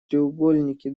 треугольники